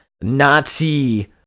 Nazi